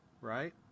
right